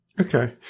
Okay